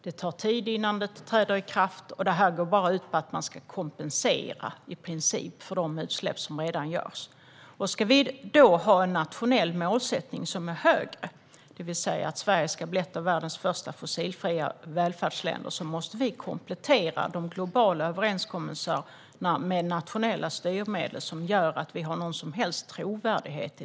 Det tar tid innan den träder i kraft, och den går bara ut på att man i princip ska kompensera för de utsläpp som redan görs. Om vi ska ha en nationell målsättning som är högre, det vill säga att Sverige ska bli ett av världens första fossilfria välfärdsländer, måste vi komplettera de globala överenskommelserna med nationella styrmedel som gör att det vi säger har någon som helst trovärdighet.